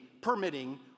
permitting